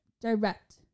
direct